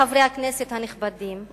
חברי הכנסת הנכבדים,